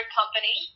company